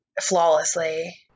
flawlessly